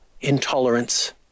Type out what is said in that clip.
intolerance